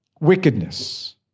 wickedness